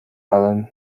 adam